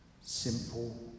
Simple